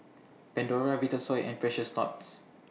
Pandora Vitasoy and Precious Thots